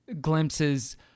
glimpses